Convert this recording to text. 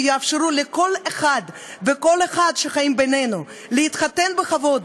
שיאפשרו לכל אחד וכל אחת שחיים בינינו להתחתן בכבוד,